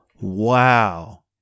Wow